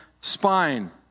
spine